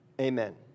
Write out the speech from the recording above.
Amen